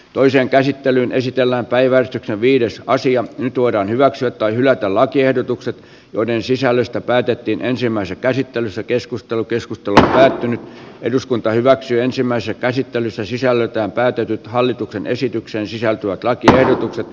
toisen käsittelyn esitellään päivätty viides nyt voidaan hyväksyä tai hylätä lakiehdotukset joiden sisällöstä päätettiin ensimmäisessä käsittelyssä keskustelu keskustellen häipynyt eduskunta hyväksyy ensimmäistä käsittelyssä sisällöltään päätynyt hallituksen esitykseen sisältyvät lakiehdotukset